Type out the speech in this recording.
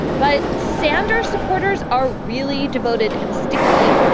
but sanders supporters are really devoted and sticky.